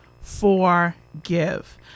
forgive